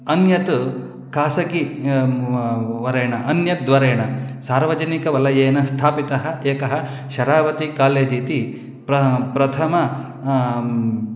अन्यत् कासकी वरेण अन्यद्वरेण सार्वजनिकवलयेन स्थापितः एकः शरावती कालेज् इति प्र प्रथम